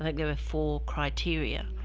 like there were four criteria.